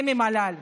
זה מהמל"ל.